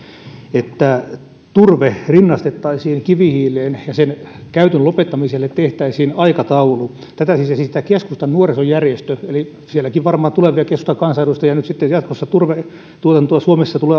että turve rinnastettaisiin kivihiileen ja sen käytön lopettamiselle tehtäisiin aikataulu tätä siis esittää keskustan nuorisojärjestö eli sieltäkin varmaan tulevia keskustan kansanedustajia nyt sitten jatkossa tulee turvetuotantoa suomessa